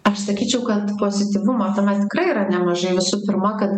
aš sakyčiau kad pozityvumo tame tikrai yra nemažai visų pirma kad